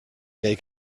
gay